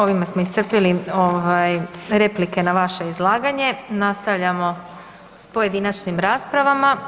Ovime smo iscrpili ovaj replike na vaše izlaganje, nastavljamo s pojedinačnim raspravama.